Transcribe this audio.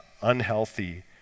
unhealthy